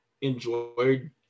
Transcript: enjoyed